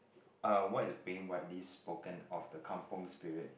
uh what is being widely spoken of the Kampung Spirit